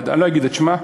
אני לא אגיד את שמה,